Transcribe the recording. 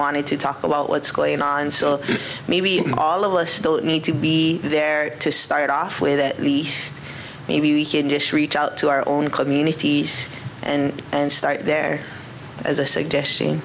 wanted to talk about what's going on so maybe all of us still need to be there to start off with at least maybe we can just reach out to our own communities and start there as a suggesti